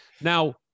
now